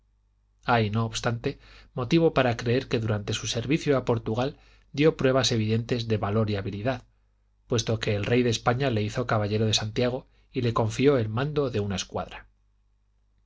hay no obstante motivo para creer que durante su servicio a portugal dio pruebas evidentes de valor y habilidad puesto que el rey de españa le hizo caballero de santiago y le confió el mando de una escuadra